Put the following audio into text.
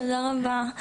תודה רבה.